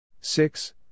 Six